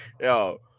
Yo